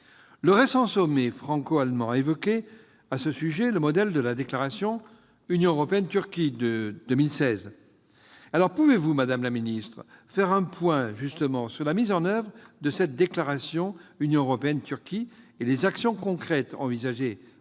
Le récent sommet franco-allemand a rappelé, à ce sujet, le modèle de la déclaration entre l'Union européenne et la Turquie de 2016. Pouvez-vous, madame la ministre, faire un point sur la mise en oeuvre de cette déclaration Union européenne-Turquie, et les actions concrètes envisagées